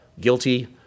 guilty